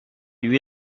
lui